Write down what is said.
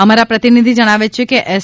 અમારા પ્રતિનિધિ જણાવે છે કે એસ